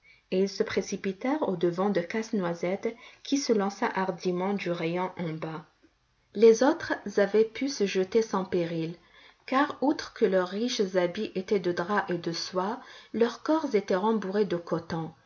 et ils se précipitèrent au-devant de casse-noisette qui se lança hardiment du rayon en bas les autres avaient pu se jeter sans péril car outre que leurs riches habits étaient de drap et de soie leur corps était rembourré de coton